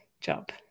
job